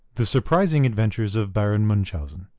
the surprising adventures of baron munchausen,